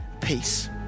peace